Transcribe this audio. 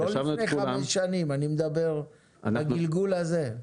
לא לפני חמש שנים, אני מדבר בגלגול הזה.